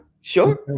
sure